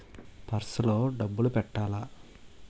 Purse లో డబ్బులు పెట్టలా?